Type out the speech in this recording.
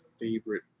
favorite